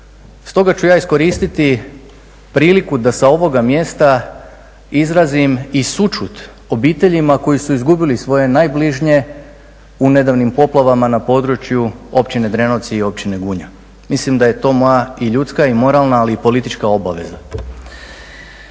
stoga ću ja iskoristiti priliku da s ovoga mjesta izrazim i sućut obiteljima koji su izgubili svoje najbližnje u nedavnim poplavama na području općine Drenovci i općine Gunja. Mislim da je to moja i ljudska i moralna, ali i politička obaveza.